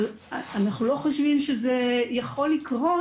אבל אנחנו לא חושבים שזה יכול לקרות,